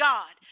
God